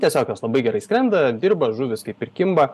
tiesiog jos labai gerai skrenda dirba žuvys kaip ir kimba